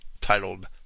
titled